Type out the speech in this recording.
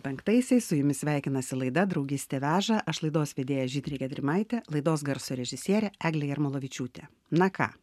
penktaisiais su jumis sveikinasi laida draugystė veža aš laidos vedėja žydrė gedrimaitė laidos garso režisierė eglė jarmolavičiūtė na ką